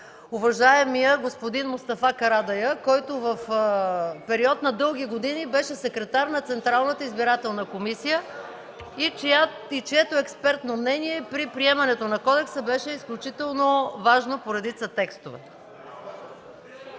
уважаемия господин Мустафа Карадайъ, който в период на дълги години беше секретар на Централната избирателна комисия и чието експертно мнение при приемането на Кодекса беше изключително важно по редица текстове.